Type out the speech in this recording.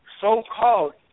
so-called